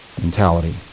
mentality